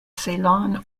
ceylon